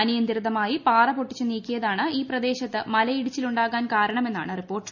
അനിയന്ത്രിതമായി പാറ പൊട്ടിച്ചു നീക്കിയതാണ് ഈ പ്രദേശത്ത് മലയിടിച്ചിലുണ്ടാകാൻ കാരണമെന്നാണ് റിപ്പോർട്ട്